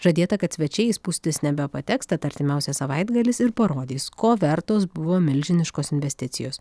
žadėta kad svečiai į spūstis nebepateks tad artimiausias savaitgalis ir parodys ko vertos buvo milžiniškos investicijos